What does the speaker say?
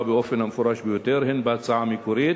באופן המפורש ביותר הן בהצעה המקורית,